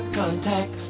contact